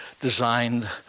designed